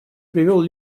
привел